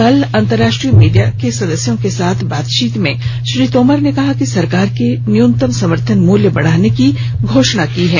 कल अंतर्राष्ट्रीय मीडिया के सदस्यों के साथ बातचीत में श्री तोमर ने कहा कि सरकार ने न्यूनतम समर्थन मूल्य बढ़ाने की घोषणा की है